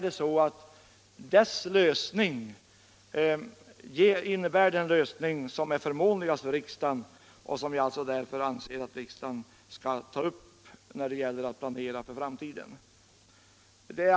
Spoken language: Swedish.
Det gäller att få den lösning som är förmånligast för riksdagen och därför anser vi att riksdagen skall ta upp detta när det gäller att planera för framtiden.